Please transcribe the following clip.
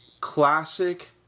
classic